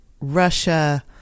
Russia